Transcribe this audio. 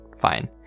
fine